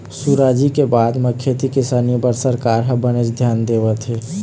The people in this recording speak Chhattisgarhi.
सुराजी के बाद म खेती किसानी बर सरकार ह बनेच धियान देवत हे